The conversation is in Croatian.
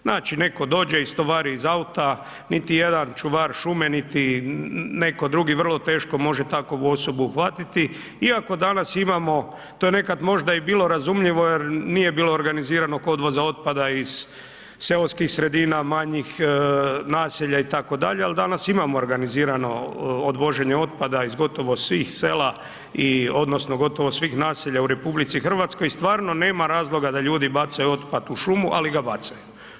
Znači netko dođe, istovari iz auta, niti jedan čuvar šume, niti netko drugi vrlo teško može takovu osobu uhvatiti, iako danas imamo, to je nekad možda i bilo razumljivo jer nije bilo organiziranog odvoza otpada iz seoskih sredina, manjih naselja itd., ali danas imamo organizirano odvoženje otpada iz gotovo svih sela i odnosno gotovo svih naselja u RH i stvarno nema razloga da ljudi bacaju otpad u šumu, ali ga bacaju.